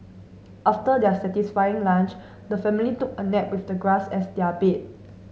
after their satisfying lunch the family took a nap with the grass as their bed